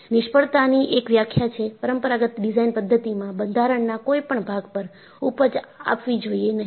નિષ્ફળતાની એક વ્યાખ્યા છે પરંપરાગત ડિઝાઇન પદ્ધતિમાં બંધારણના કોઈપણ ભાગ પર ઊપજ આપવી જોઈએ નહીં